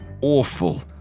awful